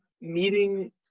Meeting